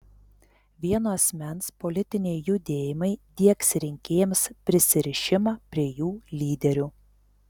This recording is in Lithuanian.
vieno asmens politiniai judėjimai diegs rinkėjams prisirišimą prie jų lyderių